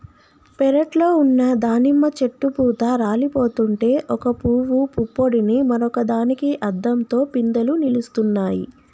పెరట్లో ఉన్న దానిమ్మ చెట్టు పూత రాలిపోతుంటే ఒక పూవు పుప్పొడిని మరొక దానికి అద్దంతో పిందెలు నిలుస్తున్నాయి